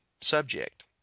subject